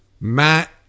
matt